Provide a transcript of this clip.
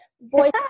voice